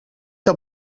que